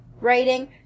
writing